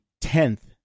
tenth